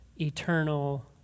eternal